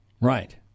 Right